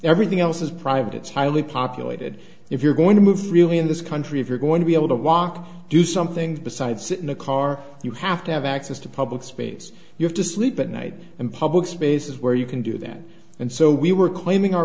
everything else is private it's highly populated if you're going to move freely in this country if you're going to be able to walk do something besides sit in a car you have to have access to public space you have to sleep at night in public spaces where you can do that and so we were claiming our